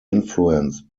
influenced